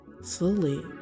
slowly